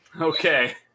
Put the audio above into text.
Okay